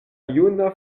juna